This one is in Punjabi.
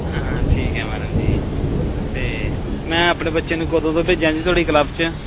ਹਾਂ ਠੀਕ ਹੈ ਮੈਡਮ ਜੀ ਅਤੇ ਮੈਂ ਆਪਣੇ ਬੱਚੇ ਨੂੰ ਕਦੋਂ ਤੋਂ ਭੇਜਾ ਜੀ ਤੁਹਾਡੇ ਕਲੱਬ 'ਚ